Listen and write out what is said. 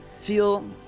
feel